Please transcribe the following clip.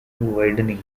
widening